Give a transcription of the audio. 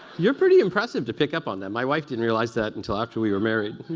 you're pretty impressive to pick up on that. my wife didn't realize that until after we were married.